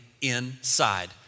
inside